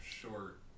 short